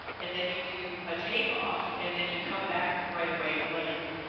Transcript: and then you do a takeoff and then you come back right away and land.